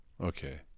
okay